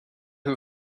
who